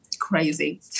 crazy